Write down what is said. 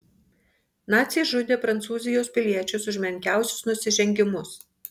naciai žudė prancūzijos piliečius už menkiausius nusižengimus